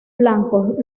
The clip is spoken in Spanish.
blancos